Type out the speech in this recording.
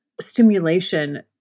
stimulation